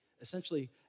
Essentially